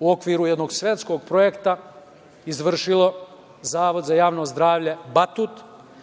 u okviru jednog svetskog projekta izvršio Zavod za javno zdravlje „Batut“